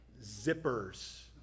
zippers